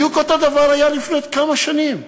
בדיוק אותו דבר היה לפני כמה שנים,